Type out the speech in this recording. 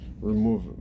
remove